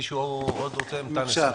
עוד מישהו רוצה להתייחס?